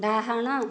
ଡାହାଣ